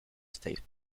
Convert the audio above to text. state